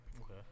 Okay